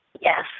Yes